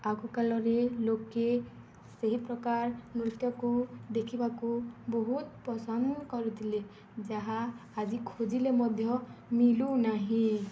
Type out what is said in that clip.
ଆଗ କାଳରେ ଲୋକେ ସେହି ପ୍ରକାର ନୃତ୍ୟକୁ ଦେଖିବାକୁ ବହୁତ ପସନ୍ଦ କରୁଥିଲେ ଯାହା ଆଜି ଖୋଜିଲେ ମଧ୍ୟ ମିଳୁନାହିଁ